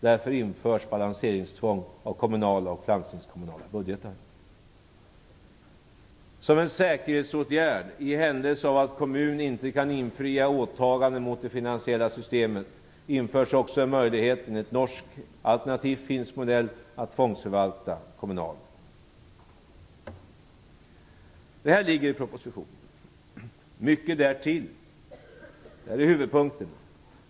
Därför införs balanseringstvång i kommunala och landstingskommunala budgetar. Som en säkerhetsåtgärd i händelse av att kommun inte kan infria åtagande mot det finansiella systemet införs också en möjlighet, enligt norsk alternativt finsk modell, att tvångsförvalta kommunala medel. Allt detta ligger i propositionen, och mycket därtill. Det är huvudpunkterna.